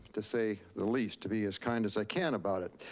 to say the least, to be as kind as i can about it.